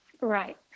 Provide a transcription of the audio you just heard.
right